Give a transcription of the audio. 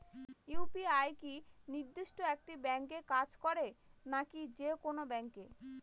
UPI কি নির্দিষ্ট একটি ব্যাংকে কাজ করে নাকি যে কোনো ব্যাংকে?